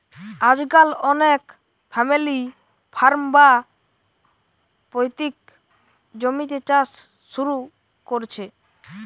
আজকাল অনেকে family farm, বা পৈতৃক জমিতে চাষ শুরু কোরছে